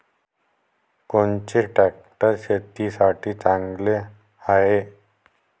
कोनचे ट्रॅक्टर शेतीसाठी चांगले हाये?